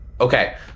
Okay